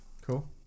Cool